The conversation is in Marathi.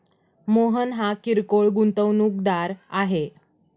मोहन हा किरकोळ गुंतवणूकदार आहे